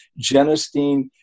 genistein